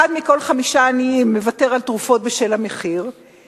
ואחד מכל חמישה עניים מוותר על תרופות בשל המחיר,